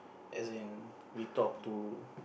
as in we talk to